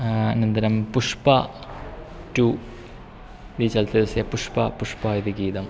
अनन्तरं पुष्पा टु चलचित्रस्य पुष्पा पुष्प इति गीतम्